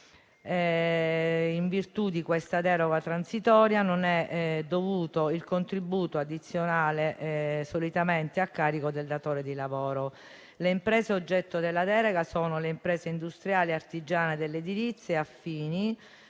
In virtù di questa deroga transitoria, non è dovuto il contributo addizionale solitamente a carico del datore di lavoro. Le imprese oggetto della deroga sono: le imprese industriali e artigiane dell'edilizia e affini;